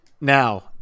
Now